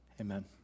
amen